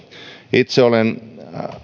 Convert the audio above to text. itse olen